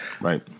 Right